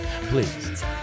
please